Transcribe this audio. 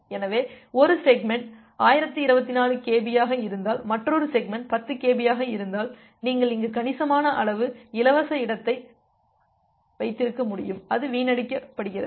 எனவே ஒரு segment 1024 kb ஆக இருந்தால் மற்றொரு செக்மெண்ட் 10 kb ஆக இருந்தால் நீங்கள் இங்கு கணிசமான அளவு இலவச இடத்தை வைத்திருக்க முடியும் அது வீணடிக்கப்படுகிறது